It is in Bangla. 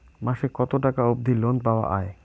মাসে কত টাকা অবধি লোন পাওয়া য়ায়?